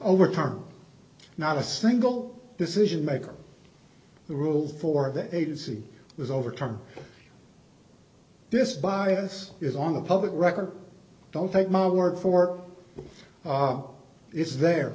over time not a single decision maker the rule for the agency was overturned this bias is on the public record don't take my word for it is there